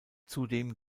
zudem